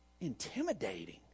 intimidating